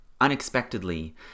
unexpectedly